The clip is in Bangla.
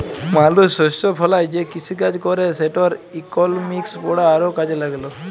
মালুস শস্য ফলায় যে কিসিকাজ ক্যরে সেটর ইকলমিক্স পড়া আরও কাজে ল্যাগল